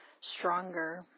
stronger